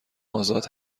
آزاد